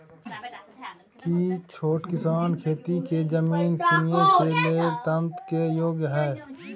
की छोट किसान खेती के जमीन कीनय के लेल ऋण के योग्य हय?